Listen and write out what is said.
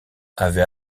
avait